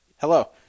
hello